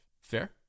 Fair